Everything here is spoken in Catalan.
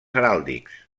heràldics